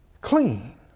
Clean